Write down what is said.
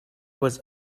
was